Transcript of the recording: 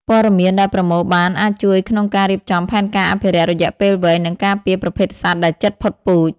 ព័ត៌មានដែលប្រមូលបានអាចជួយក្នុងការរៀបចំផែនការអភិរក្សរយៈពេលវែង និងការពារប្រភេទសត្វដែលជិតផុតពូជ។